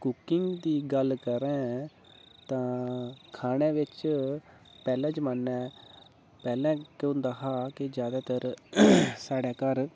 cooking दी गल्ल करें तां खाने बिच पैह्लें जमान्ने पैह्लें केह् होंदा हा की जादातर साढ़े घर